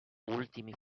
ultimi